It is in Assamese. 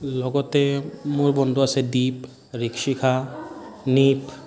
লগতে মোৰ বন্ধু আছে দীপ ঋকশিখা নিপ